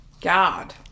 God